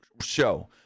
show